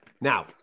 Now